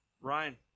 Ryan